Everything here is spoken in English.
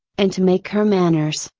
and to make her manners.